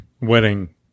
wedding